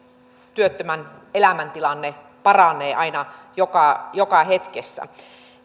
työttömän elämäntilanne paranee aina joka joka hetkessä